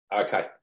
Okay